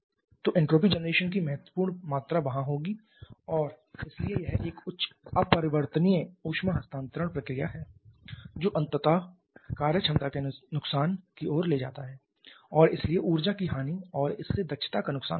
तो entropy generation की महत्वपूर्ण मात्रा वहाँ होगी और इसलिए यह एक उच्च अपरिवर्तनीय ऊष्मा हस्तांतरण प्रक्रिया है जो अंततः कार्य क्षमता के नुकसान की ओर ले जाता है और इसलिए ऊर्जा की हानि और इससे दक्षता का नुकसान होता है